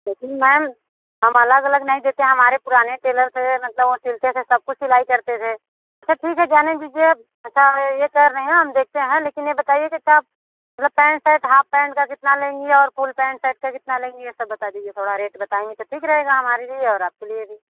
क्योंकि मैम हम अलग अलग नहीं देते हमारे पुराने टेलर थे मतलब वो सिलते थे सब कुछ सिलाई करते थे अच्छा ठीक है जाने दीजिए अब स ये कह रहे हैं हम देखते हैं लेकिन ये बताइए कि सब मतलब पैंट शर्ट हाफ पैंट का कितना लेंगी और फुल पैंट शर्ट का कितना लेंगी ये सब बता दीजिए थोड़ा रेट बताएँगी तो ठीक रहेगा हमारे लिए और आपके लिए भी